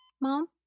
Mom